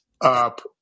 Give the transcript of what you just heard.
up